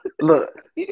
look